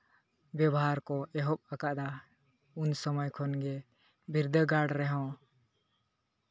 ᱵᱮᱵᱚᱦᱟᱨ ᱠᱚ ᱮᱦᱚᱵ ᱟᱠᱟᱫᱟ ᱩᱱ ᱥᱚᱢᱚᱭ ᱠᱷᱚᱱ ᱜᱮ ᱵᱤᱨᱫᱟᱹᱜᱟᱲ ᱨᱮᱦᱚᱸ